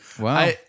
Wow